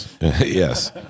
Yes